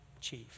chief